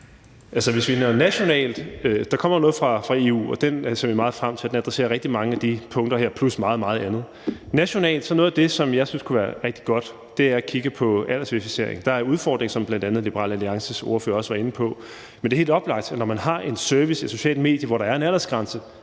(RV): Der kommer noget fra EU, og den forordning ser vi meget frem til. Den adresserer rigtig mange af de punkter her plus meget, meget andet. Nationalt er noget af det, som jeg synes kunne være rigtig godt at kigge på, aldersverificering. Der er en udfordring, som bl.a. Liberal Alliances ordfører også var inde på. Men det er helt oplagt, at når man har en service, et socialt medie, hvor der er en aldersgrænse